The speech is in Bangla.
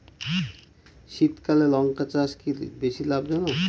শীতকালে লঙ্কা চাষ কি বেশী লাভজনক?